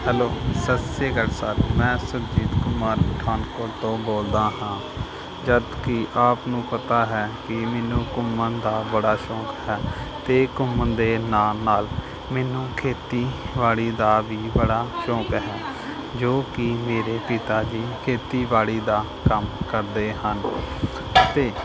hello ਸਤਿ ਸ਼੍ਰੀ ਅਕਾਲ ਸਰ ਮੈਂ ਸੁਰਜੀਤ ਕੁਮਾਰ ਪਠਾਨਕੋਟ ਤੋਂ ਬੋਲਦਾ ਹਾਂ ਜਦ ਕਿ ਆਪ ਨੂੰ ਪਤਾ ਹੈ ਕਿ ਮੈਨੂੰ ਘੁੰਮਣ ਦਾ ਬੜਾ ਸ਼ੌਕ ਹੈ ਅਤੇ ਘੁੰਮਣ ਦੇ ਨਾਲ ਨਾਲ ਮੈਨੂੰ ਖੇਤੀਬਾੜੀ ਦਾ ਵੀ ਬੜਾ ਸ਼ੌਕ ਹੈ ਜੋ ਕਿ ਮੇਰੇ ਪਿਤਾ ਜੀ ਖੇਤੀਬਾੜੀ ਦਾ ਕੰਮ ਕਰਦੇ ਹਨ ਅਤੇ